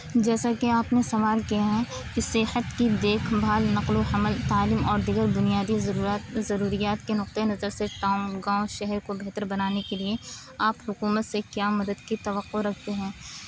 جیسا کہ آپ نے سوال کیا ہے کہ صحت کی دیکھ بھال نقل و حمل تعلیم اور دیگر بنیادی ضروریات کے نقطہ نظر سے ٹاؤن گاؤں شہر کو بہتر بنانے کے لیے آپ حکومت سے کیا مدد کی توقع رکھتے ہیں